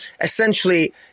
essentially